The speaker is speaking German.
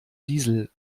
diesel